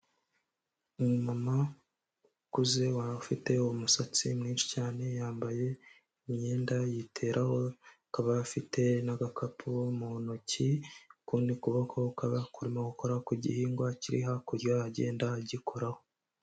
Umumama ukuze wari ufite umusatsi mwinshi cyane, yambaye imyenda yiteraraho akaba afite n'agakapu mu ntoki, ukundi kuboko kukaba kurimo gukora ku gihingwa kiri hakurya, agenda agikoraho.